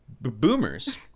boomers